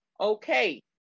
Okay